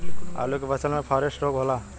आलू के फसल मे फारेस्ट रोग होला?